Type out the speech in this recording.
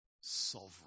sovereign